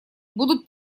будут